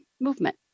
movement